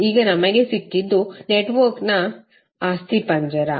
ಈಗ ನಮಗೆ ಸಿಕ್ಕಿದ್ದು ನೆಟ್ವರ್ಕ್ನ ಅಸ್ಥಿಪಂಜರ